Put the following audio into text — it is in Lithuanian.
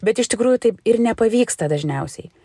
bet iš tikrųjų taip ir nepavyksta dažniausiai